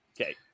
Okay